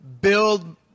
build